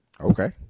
Okay